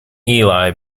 eli